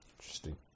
Interesting